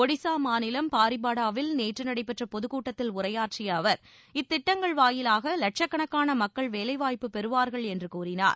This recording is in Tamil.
ஒடிசா மாநிலம் பாரிபாடாவில் நேற்று நடைபெற்ற பொதுக்கூட்டத்தில் உரையாற்றிய அவர் இத்திட்டங்கள் வாயிலாக லட்சக்கணக்கான மக்கள் வேலைவாய்ப்பு பெறுவார்கள் என்று கூறினார்